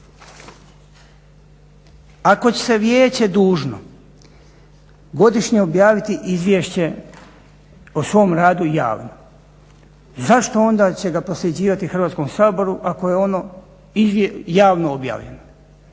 Ako je Vijeće dužno godišnje objaviti izvješće o svom radu javno zašto onda će ga prosljeđivati Hrvatskom saboru ako je ono javno objavljeno.